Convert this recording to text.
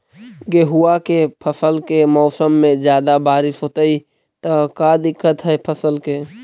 गेहुआ के फसल के मौसम में ज्यादा बारिश होतई त का दिक्कत हैं फसल के?